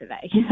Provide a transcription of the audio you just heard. today